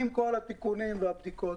עם כל התיקונים והבדיקות.